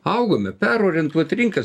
augome perorientuot rinkas